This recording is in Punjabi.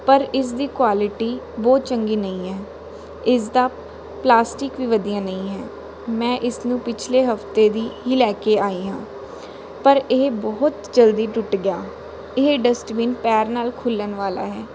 ਪਰ ਇਸ ਦੀ ਕੁਆਲਿਟੀ ਬਹੁਤ ਚੰਗੀ ਨਹੀਂ ਹੈ ਇਸ ਦਾ ਪਲਾਸਟਿਕ ਵੀ ਵਧੀਆ ਨਹੀਂ ਹੈ ਮੈਂ ਇਸ ਨੂੰ ਪਿਛਲੇ ਹਫ਼ਤੇ ਦੀ ਹੀ ਲੈ ਕੇ ਆਈ ਹਾਂ ਪਰ ਇਹ ਬਹੁਤ ਜਲਦੀ ਟੁੱਟ ਗਿਆ ਇਹ ਡਸਟਬਿਨ ਪੈਰ ਨਾਲ ਖੁੱਲ੍ਹਣ ਵਾਲਾ ਹੈ